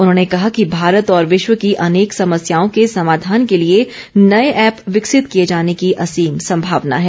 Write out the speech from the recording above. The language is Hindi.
उन्होंने कहा कि भारत और विश्व की अनेक समस्याओं के समाधान के लिये नये ऐप विकसित किये जाने की असीम संभावना है